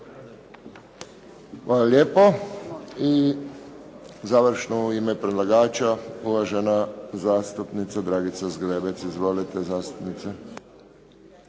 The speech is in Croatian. Hvala lijepo. I završno u ime predlagača, uvažena zastupnica Dragica Zgrebec. Izvolite zastupnice.